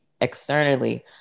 externally